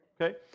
Okay